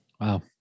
Wow